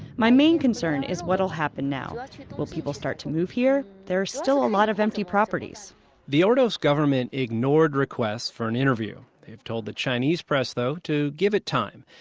my main concern is what'll happen now. will people start to move here? there are still a lot of empty properties the ordos government ignored requests for an interview. they've told the chinese press, though, to give it time.